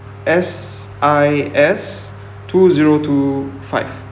s i s two zero two five